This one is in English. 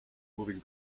moving